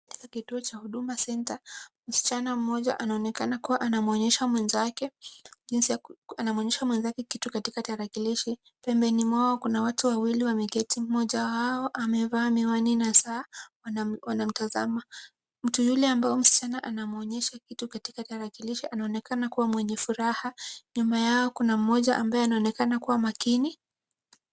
Katika kituo cha Huduma centre msichana mmoja anaonekana kuwa anamuonyesha mwenzake kitu katika tarakilishi. Pembeni mwao kuna watu wawili wameketi. Mmoja wao amevaa miwani na saa wanamtazama. Mtu yule ambao msichana anamuonyesha kitu katika tarakilishi anaonekana kuwa mwenye furaha. Nyuma yao kuna mmoja ambaye anaonekana kuwa makini.